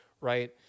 right